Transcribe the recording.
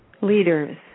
leaders